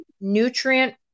nutrient